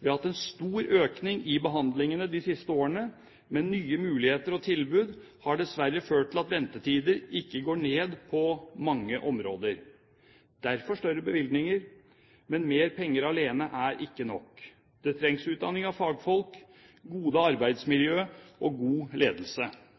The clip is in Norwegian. Vi har hatt en stor økning i behandlinger de siste årene, men nye muligheter og nye tilbud har dessverre ført til at ventetidene på mange områder ikke går ned – derfor større bevilgninger. Men mer penger er alene ikke nok. Det trengs utdanning av fagfolk, gode